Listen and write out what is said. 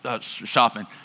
shopping